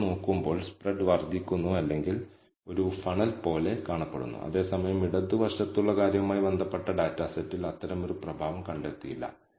നമ്മൾക്ക് ഇത് നിർത്താൻ കഴിയില്ല നമ്മൾ കൂടുതൽ പരിശോധന നടത്തേണ്ടതുണ്ട് പക്ഷേ നമ്മൾ ശരിയായ പാതയിലാണ് എന്നതിന്റെ പ്രാരംഭ സൂചകങ്ങളിൽ ഇവയെങ്കിലും നല്ലതാണ്